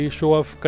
show-off